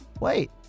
wait